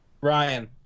Ryan